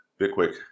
Bitquick